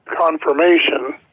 confirmation